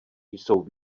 jsou